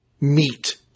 meat